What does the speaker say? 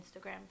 Instagram